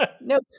Nope